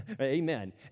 Amen